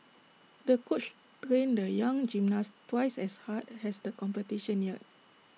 the coach trained the young gymnast twice as hard as the competition neared